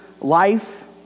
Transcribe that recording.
life